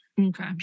Okay